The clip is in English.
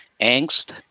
angst